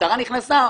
כשמשטרה נכנסה,